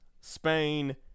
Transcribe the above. Spain